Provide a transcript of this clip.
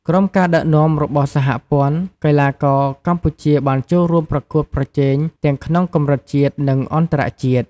ក្រោមការដឹកនាំរបស់សហព័ន្ធ កីឡាករកម្ពុជាបានចូលរួមប្រកួតប្រជែងទាំងក្នុងកម្រិតជាតិ និងអន្តរជាតិ។